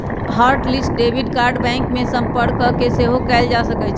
hot list debit card bank में संपर्क कऽके सेहो कएल जा सकइ छै